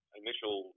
initial